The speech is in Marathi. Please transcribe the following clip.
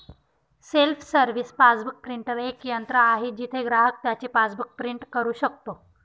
सेल्फ सर्व्हिस पासबुक प्रिंटर एक यंत्र आहे जिथे ग्राहक त्याचे पासबुक प्रिंट करू शकतो